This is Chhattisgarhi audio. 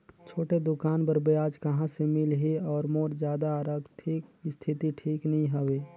छोटे दुकान बर ब्याज कहा से मिल ही और मोर जादा आरथिक स्थिति ठीक नी हवे?